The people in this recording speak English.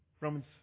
Romans